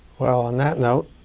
well, on that note,